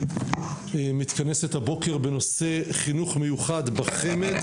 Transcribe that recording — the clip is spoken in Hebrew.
מתכנסת הבוקר בנושא חינוך מיוחד בחמ"ד,